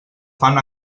fan